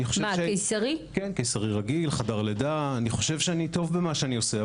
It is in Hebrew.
אני חושב שאני טוב במה שאני עושה,